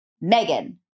Megan